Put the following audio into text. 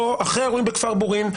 פה אחרי אירועים בכפר בורין,